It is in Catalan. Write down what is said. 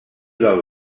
del